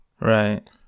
Right